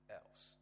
else